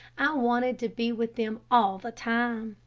i wanted to be with them all the time.